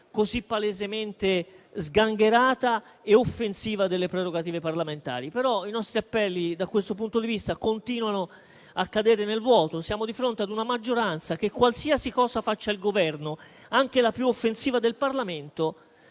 così palesemente sgangherata e offensiva delle prerogative parlamentari. Però i nostri appelli, da questo punto di vista, continuano a cadere nel vuoto. Siamo di fronte a una maggioranza che, qualsiasi cosa faccia il Governo, anche la più offensiva del Parlamento,